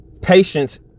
patience